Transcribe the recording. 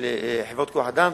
של חברות כוח-אדם.